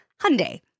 Hyundai